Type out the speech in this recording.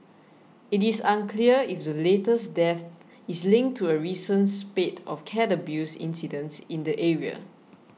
it is unclear if the latest death is linked to a recent spate of cat abuse incidents in the area